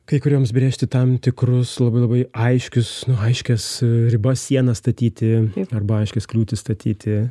kai kurioms brėžti tam tikrus labai labai aiškius aiškias ribas sienas statyti arba aiškias kliūtis statyti